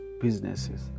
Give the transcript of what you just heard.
businesses